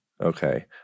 Okay